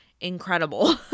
incredible